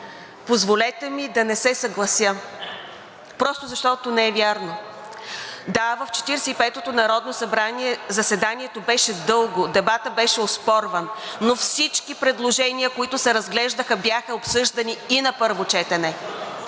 позволете ми да не се съглася просто защото не е вярно. Да, в Четиридесет и петото народно събрание заседанието беше дълго, дебатът беше оспорван, но всички предложения, които се разглеждаха, бяха обсъждани и на първо четене.